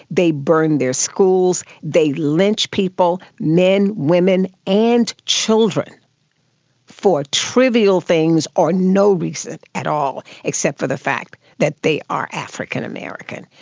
they burned their schools, they lynched people, men, women and children for trivial things or no reason at all except for the fact that they are african americans.